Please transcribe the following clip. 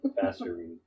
Faster